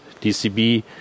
DCB